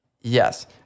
Yes